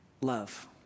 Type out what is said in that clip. love